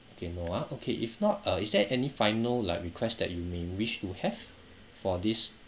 okay no ah okay if not uh is there any final like request that you may wish to have for this